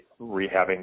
rehabbing